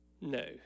No